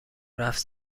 رفت